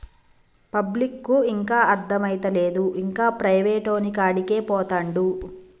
పబ్లిక్కు ఇంకా అర్థమైతలేదు, ఇంకా ప్రైవేటోనికాడికే పోతండు